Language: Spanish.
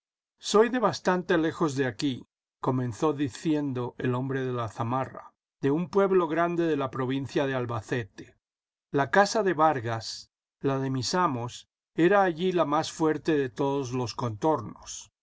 soy de bastante lejos de aquí comenzó diciendo el hombre de la zamarra de un pueblo grande de la provincia de albacete la casa de vargas la de mis amos era allí la más fuerte de todos los contornos